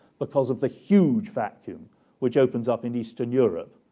because of the huge vacuum which opens up in eastern europe,